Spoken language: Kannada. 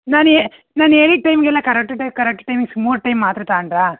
ನಾನು ಏ ನಾನು ಹೇಳಿದ್ದ ಟೈಮ್ಗೆಲ್ಲ ಕರೆಕ್ಟ್ ಟೈ ಕರೆಕ್ಟ್ ಟೈಮಿಂಗ್ಸ್ ಮೂರು ಟೈಮ್ ಮಾತ್ರೆ ತಗಂಡ್ರಾ